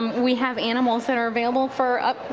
we have animals that are available for